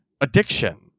addiction